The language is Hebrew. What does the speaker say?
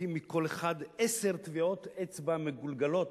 לוקחים מכל אחד עשר טביעות אצבע מגולגלות.